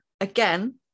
again